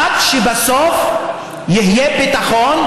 כדי שבסוף יהיה ביטחון,